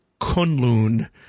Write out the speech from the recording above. Kunlun